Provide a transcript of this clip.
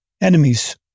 enemies